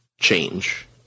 change